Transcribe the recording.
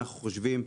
אנחנו חושבים,